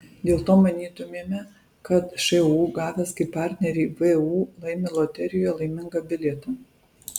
dėl to manytumėme kad šu gavęs kaip partnerį vu laimi loterijoje laimingą bilietą